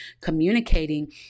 communicating